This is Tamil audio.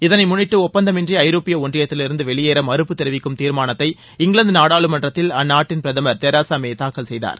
இதனை முன்னிட்டு ஒப்பந்தமின்றி ஐரோப்பிய ஒன்றியத்திலிருந்து வெளியேற மறுப்பு தெரிவிக்கும் தீர்மானத்தை இங்கிலாந்து நாடாளுமன்றத்தில் அந்நாட்டின் பிரதமர் தெரசா மே தாக்கல் செய்தார்